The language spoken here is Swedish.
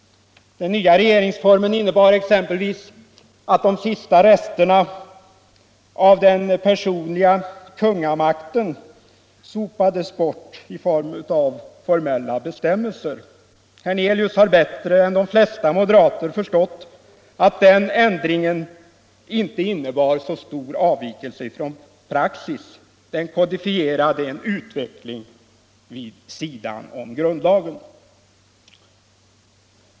Den nya regeringsformen innebar exempelvis att de sista resterna av den personliga kungamakten, som förelåg i formella bestämmelser, sopades bort. Herr Hernelius har bättre än de flesta moderater förstått att den ändringen inte innebar så stor avvikelse från praxis. Den kodifierade en utveckling vid sidan om grundlagen.